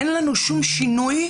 אין לנו שום שינוי,